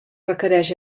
requereix